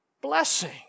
blessing